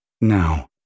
now